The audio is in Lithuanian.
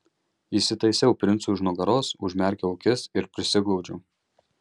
įsitaisiau princui už nugaros užmerkiau akis ir prisiglaudžiau